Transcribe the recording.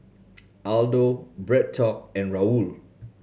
Aldo BreadTalk and Raoul